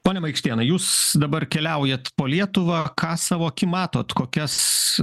pone maikštėnai jūs dabar keliaujat po lietuvą ką savo akim matot kokias